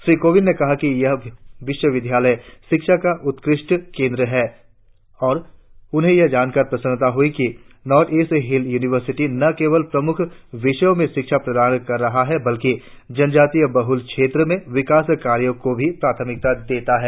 श्री कोविंद ने कहा कि यह विश्वविद्यालय शिक्षा का उत्कृष्ट केंद्र है और उन्हें यह जानकार प्रसन्नता हुई है कि नार्थ ईस्टर्न हिल युनिवर्सिटी न केवल प्रमुख विषयों में शिक्षा प्रदान कर रही बल्कि जनजातीय बहुल क्षेत्र में विकास कार्यों को भी प्राथमिकता देती है